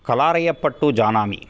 कलारयपट्टु जानामि